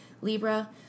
Libra